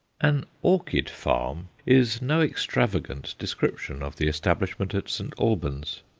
an orchid farm is no extravagant description of the establishment at st. albans.